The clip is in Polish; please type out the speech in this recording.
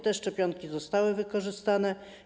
Te szczepionki zostały wykorzystane.